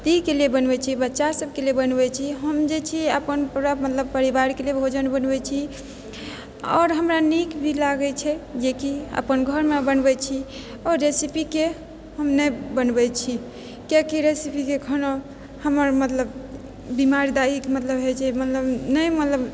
पतिके लिए बनबैत छी बच्चासभके लिए बनबैत छी हम जे छी अपन पूरा मतलब परिवारके लिए भोजन बनबैत छी आओर हमरा नीक भी लागैत छै जे कि अपन घरमे बनबैत छी ओ रेसीपीके हम नहि बनबैत छी किआकि रेसीपी जे खाना हमर मतलब बीमार दाइ मतलब होइत छै मतलब नहि मतलब